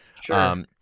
Sure